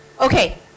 Okay